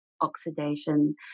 oxidation